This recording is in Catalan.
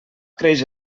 creix